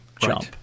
jump